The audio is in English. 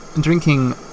drinking